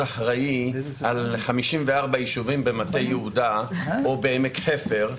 על 54 יישובים במטה יהודה או בעמק חפר,